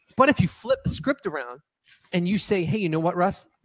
but if you flip the script around and you say, hey, you know what, russ?